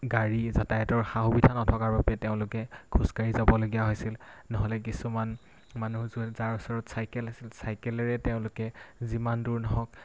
গাড়ী যাতায়তৰ সা সুবিধা নথকাৰ বাবে তেওঁলোকে খোজকাঢ়ি যাবলগীয়া হৈছিল নহ'লে কিছুমান মানুহ যাৰ ওচৰত চাইকেল আছিল চাইকেলেৰে তেওঁলোকে যিমান দূৰ নহওক